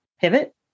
pivot